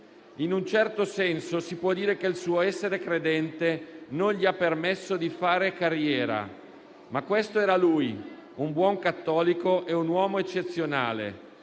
In un certo senso si può dire che il suo essere credente non gli ha permesso di "fare carriera". Ma questo era lui: un buon cattolico e un uomo eccezionale.